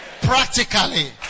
practically